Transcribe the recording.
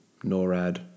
NORAD